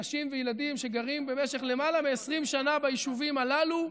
נשים וילדים גרים במשך למעלה מ-20 שנה ביישובים הללו,